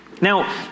Now